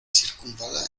circunvala